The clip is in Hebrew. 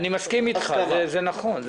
אני מסכים איתך, זה נכון.